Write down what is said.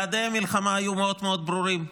יעדי המלחמה היו מאוד מאוד ברורים.